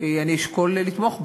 אני אשקול לתמוך בה.